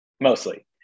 Mostly